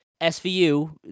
SVU